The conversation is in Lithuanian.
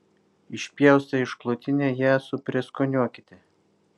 išpjaustę išklotinę ją suprieskoniuokite